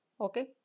okay